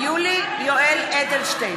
(קוראת בשם חבר הכנסת)